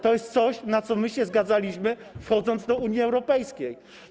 To jest coś, na co my się zgadzaliśmy, wchodząc do Unii Europejskiej.